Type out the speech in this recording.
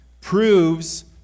proves